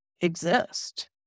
exist